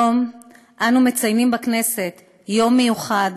היום אנו מציינים בכנסת יום מיוחד